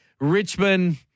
Richmond